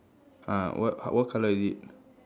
uh what what colour is it